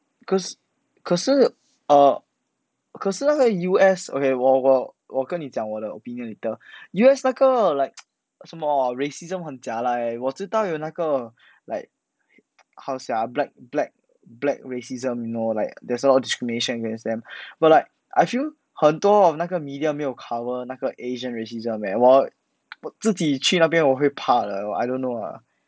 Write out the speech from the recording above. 可可是 err 可是那个 U_S okay 我我跟你讲我的 opinion later U_S 那个 like 什么啊 racism 很 jialat leh 我知道有那个 like how to say ah black black black racism you know like there is a lot of discrimination against them but like I feel 很多 on 那个 media 没有 cover 那个 asian racism 我自己去那边我会怕的 so I don't know lah